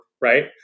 right